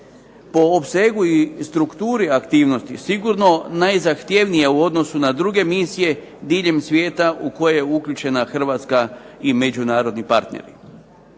po opsegu i strukturi aktivnosti sigurno najzahtjevnija u odnosu na druge misije diljem svijeta u koje je uključena Hrvatska i međunarodni partneri.